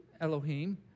Elohim